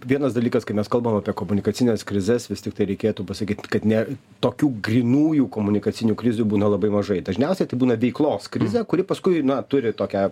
vienas dalykas kai mes kalbam apie komunikacines krizes vis tiktai reikėtų pasakyt kad ne tokių grynųjų komunikacinių krizių būna labai mažai dažniausiai tai būna veiklos krizė kuri paskui na turi tokią